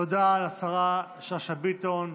תודה לשרה שאשא ביטון.